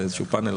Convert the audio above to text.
לאיזשהו פאנל,